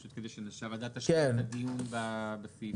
פשוט בשביל שהוועדה תשלים את הדיון בכל הסעיפים.